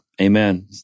Amen